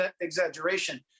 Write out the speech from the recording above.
exaggeration